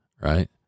Right